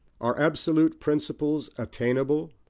are absolute principles attainable?